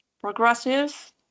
progressive